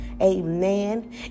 Amen